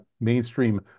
mainstream